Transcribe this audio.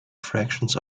fractions